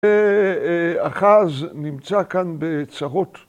‫אחז נמצא כאן בצרות.